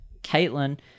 Caitlin